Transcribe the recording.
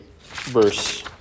verse